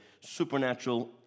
supernatural